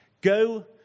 go